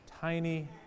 tiny